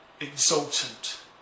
exultant